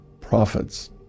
prophets